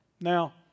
Now